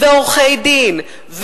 ועורכי-דין,